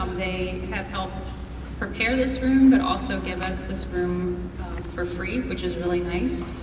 um they have helped prepare this room, but also gave us this room for free, which is really nice.